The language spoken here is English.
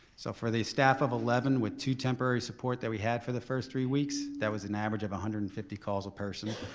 so for the staff of eleven with two temporary support that we had for the first three weeks that was an average of one hundred and fifty calls a person.